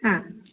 हा